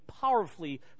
powerfully